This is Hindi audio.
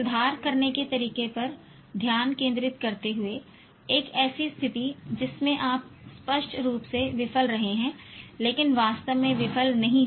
सुधार करने के तरीके पर ध्यान केंद्रित करते हुए एक ऐसी स्थिति जिसमें आप स्पष्ट रूप से विफल रहे हैं लेकिन वास्तव में विफल नहीं हुए